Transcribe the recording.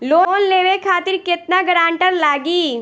Loan लेवे खातिर केतना ग्रानटर लागी?